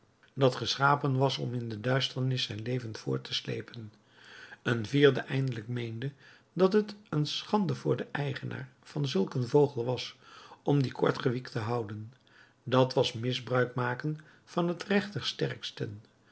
dat geschapen was om in de duisternis zijn leven voort te slepen een vierde eindelijk meende dat het een schande voor den eigenaar van zulk een vogel was om dien gekortwiekt te houden dat was misbruik maken van het recht des sterksten